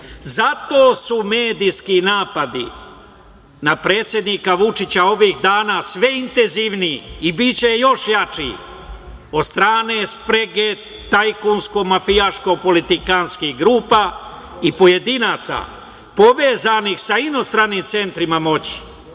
Zato su medijski napadi na predsednika Vučića ovih dana sve intenzivniji i biće još jači od strane sprege, tajkunsko-mafijaško politikanskih grupa i pojedinaca povezanih sa inostranim centrima